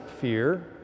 fear